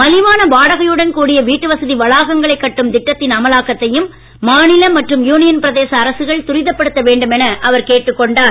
மலிவான வாடகையுடன் கூடிய வீட்டு வசதி வளாகங்களை கட்டும் திட்டத்தின் அமலாக்கத்தையும் மாநில மற்றும் யூனியன் பிரதேச அரசுகள் துரிதப்படுத்த வேண்டும் என அவர் கேட்டுக்கொண்டார்